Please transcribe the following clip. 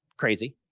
crazy.